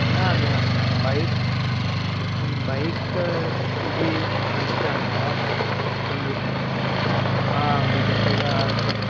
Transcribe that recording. न न न बैक् बैक् इति अहम् इच्छामि किन्तु आं द्विचक्रिका आवश्यकी